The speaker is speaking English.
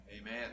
Amen